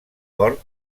port